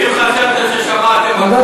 אם חשבתם ששמעתם הכול, לא שמעתם כלום.